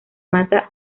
mata